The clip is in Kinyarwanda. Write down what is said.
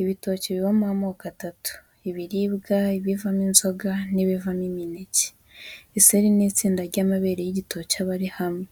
Ibitoki bibamo amoko atatu: ibiribwa, ibivamo inzoga n'ibivamo imineke. Iseri ni itsinda ry'amabere y'igitoki aba ari hamwe.